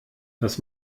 das